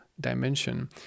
dimension